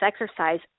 exercise